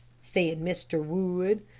said mr. wood.